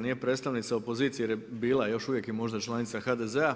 Nije predstavnica opozicije, jer je bila još uvijek je možda članica HDZ-a